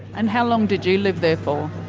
and how long did you live there for?